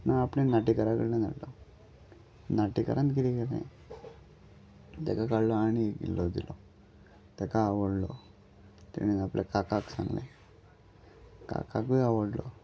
ना आपणें नाटेकारा कडल्यान हाडलो नाटेकाररान कितेें केलें तेका काडलो आनी इल्लो दिलो तेका आवडलो तेणें आपल्या काकाक सांगलें काकाकूय आवडलो